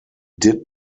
did